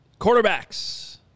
Quarterbacks